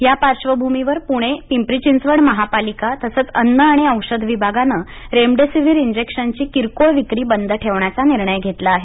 या पार्श्वभूमीवर पुणे पिंपरी चिंचवड महापालिका तसंच अन्न आणि औषध विभागानं रेमडेसिव्हिर इंजेक्शनची किरकोळ विक्री बंद ठेवण्याचा निर्णय घेतला आहे